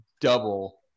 double